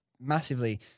Massively